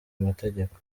amategeko